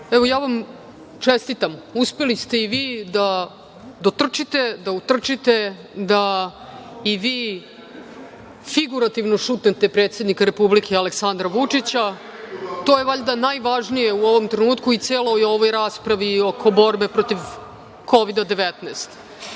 Ja vam čestitam, uspeli ste i vi da dotrčite, da utrčite, da i vi figurativno šutnete predsednika Republike, Aleksandra Vučića. To je valjda najvažnije u ovom trenutku i celoj ovoj raspravi oko borbe protiv Kovida-19.Ne